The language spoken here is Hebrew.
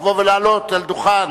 לבוא ולעלות על הדוכן